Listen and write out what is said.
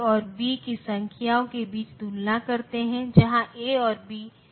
इससे कम जो कुछ भी है उसे लॉजिक लौ के रूप में लिया जाता है